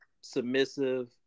submissive